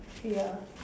ya